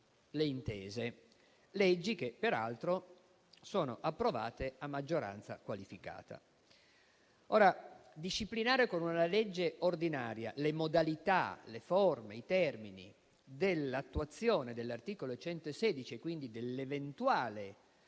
le intese e che peraltro sono approvate a maggioranza qualificata. Ora, disciplinare con una legge ordinaria le modalità, le forme e i termini dell'attuazione dell'articolo 116 della